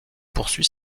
poursuit